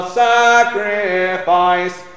sacrifice